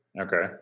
Okay